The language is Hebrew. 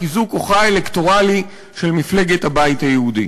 לחיזוק כוחה האלקטורלי של מפלגת הבית היהודי.